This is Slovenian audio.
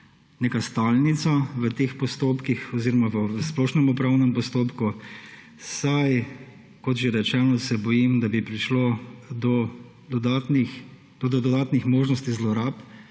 neka stalnica v teh postopkih oziroma v splošnem upravnem postopku, saj se bojim, da bi prišlo do dodatnih možnosti zlorab